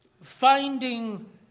finding